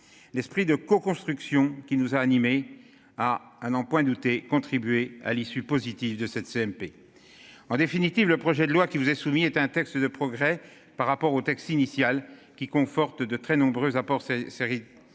L'esprit de coconstruction qui nous a animés. À n'en point douter, contribuer à l'issue positive de cette CMP. En définitive, le projet de loi qui nous est soumis est un texte de progrès par rapport au texte initial qui conforte de très nombreux apports ces